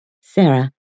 Sarah